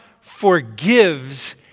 forgives